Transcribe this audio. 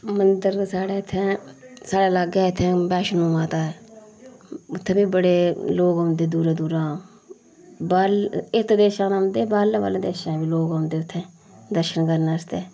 मंदर ते साढ़े इत्थे साढ़ै लागै इत्थे वैष्णो माता ऐ इत्थे बी बड़े लोग औंदे दूरा दूरा बल्ल एक्क देशा दा औंदे बारह्ले बाह्रले देशा दे बी लोग औंदे इत्थे दर्शन करन आस्तै